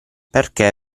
perché